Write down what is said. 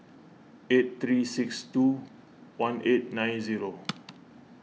eight three six two one eight nine zero